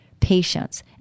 patience